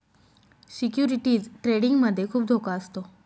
securities trading मध्ये खुप धोका असतो